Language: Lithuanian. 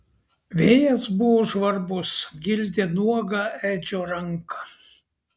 vėjas buvo žvarbus gildė nuogą edžio ranką